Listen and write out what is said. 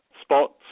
spots